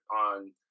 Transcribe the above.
on